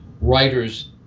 writers